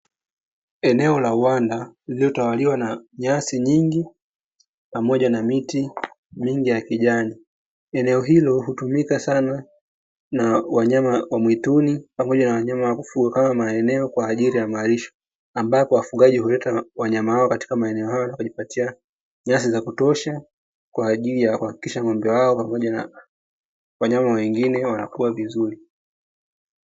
Eneo la wanda lililo na nyasi nyingi pamoja na miti mingi ya kijani eneo hilo hutumika sana na wanyama wa mwituni pamoja na wanyama wa kufuga kama maeneo kwa ajili ya malisho, ambapo wafugaji huleta wanyama hao katika maeneo hayo katika nyasi za kutosha kwa ajili ya kuhakikisha ng'ombe wao pamoja na wanyama wengine wanakuwa vizuri